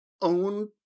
own